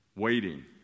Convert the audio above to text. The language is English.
Waiting